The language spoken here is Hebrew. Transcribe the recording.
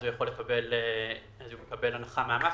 הוא יכול לקבל הנחה מהמס,